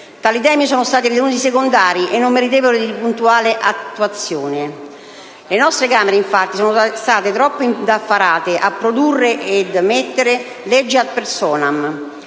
Tali temi sono stati ritenuti secondari e non meritevoli di puntuale attuazione. Le nostre Camere, infatti, sono state troppo indaffarate a produrre ed emettere leggi *ad personam*